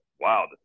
wow